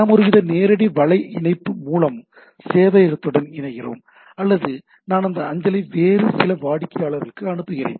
நாம் ஒருவித நேரடி வலை இணைப்பு மூலம் சேவையகத்துடன் இணைக்கிறோம் அல்லது நான் அந்த அஞ்சலை வேறு சில வாடிக்கையாளர்களுக்கு அனுப்புகிறேன்